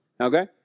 Okay